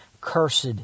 cursed